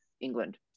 England